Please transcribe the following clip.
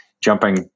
jumping